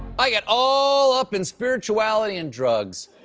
i get all up in spirituality and drugs.